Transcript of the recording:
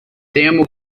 temo